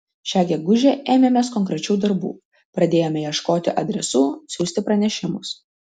šią gegužę ėmėmės konkrečių darbų pradėjome ieškoti adresų siųsti pranešimus